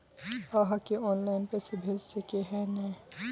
आहाँ के ऑनलाइन पैसा भेज सके है नय?